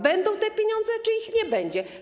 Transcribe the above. Będą te pieniądze czy ich nie będzie?